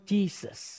Jesus